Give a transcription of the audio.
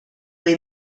või